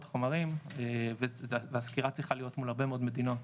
מאות חומרים והסקירה צריכה להיות מול הרבה מאוד מדינות,